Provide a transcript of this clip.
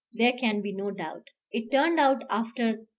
there can be no doubt. it turned out after,